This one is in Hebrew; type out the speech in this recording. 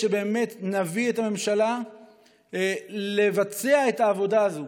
שנביא את הממשלה לבצע את העבודה הזאת